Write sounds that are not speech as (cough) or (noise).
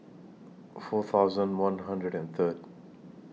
four thousand one hundred and Third (noise)